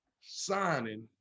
signing